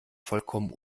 vollkommen